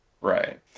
Right